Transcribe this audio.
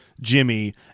Jimmy